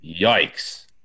Yikes